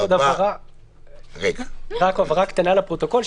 רק הבהרה קטנה לפרוטוקול,